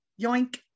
yoink